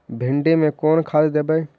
भिंडी में कोन खाद देबै?